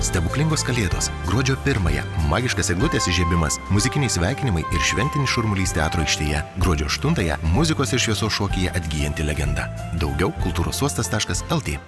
stebuklingos kalėdos gruodžio pirmąją magiškas eglutės įžiebimas muzikiniai sveikinimai ir šventinis šurmulys teatro aikštėje gruodžio aštuntąją muzikos ir šviesos šokyje atgyjanti legenda daugiau kultūros uostas taškas el tė